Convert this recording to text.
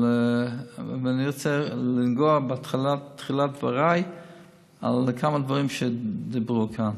אבל אני רוצה לנגוע בתחילת דבריי בכמה דברים שדיברו כאן.